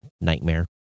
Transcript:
nightmare